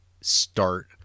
start